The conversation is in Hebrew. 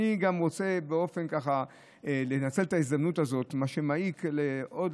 אני גם רוצה לנצל את ההזדמנות הזאת: מה שמעיק עוד